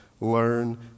Learn